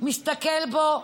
מסתכל בו,